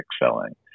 excelling